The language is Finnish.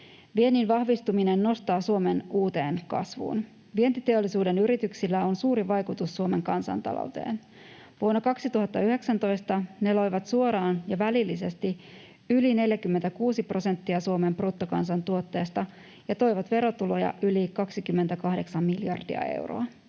Viennin vahvistuminen nostaa Suomen uuteen kasvuun. Vientiteollisuuden yrityksillä on suuri vaikutus Suomen kansantalouteen. Vuonna 2019 ne loivat suoraan ja välillisesti yli 46 prosenttia Suomen bruttokansantuotteesta ja toivat verotuloja yli 28 miljardia euroa.